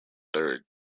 third